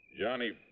Johnny